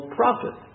prophet